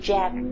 Jack